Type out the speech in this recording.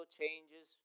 changes